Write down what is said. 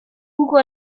hugo